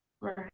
Right